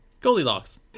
Goldilocks